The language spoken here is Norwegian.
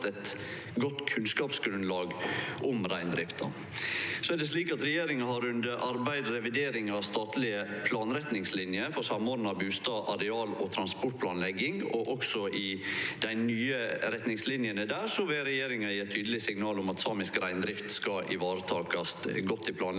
eit godt kunnskapsgrunnlag om reindrifta. Regjeringa har under arbeid revidering av statlege planretningslinjer for samordna bustad-, areal- og transportplanlegging. I dei nye retningslinjene vil regjeringa gje tydelege signal om at samisk reindrift skal ivaretakast godt i planlegginga,